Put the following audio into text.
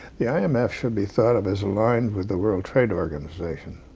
the i m f. should be thought of as aligned with the world trade organization,